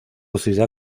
ciudad